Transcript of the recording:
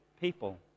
people